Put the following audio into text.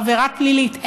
זו עבירה פלילית.